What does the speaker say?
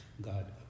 God